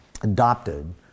adopted